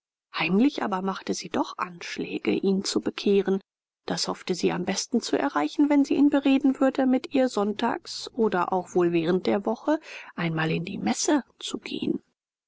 heimlich aber machte sie doch anschläge ihn zu bekehren das hoffte sie am besten zu erreichen wenn sie ihn bereden würde mit ihr sonntags oder auch wohl während der woche einmal in die messe zu gehen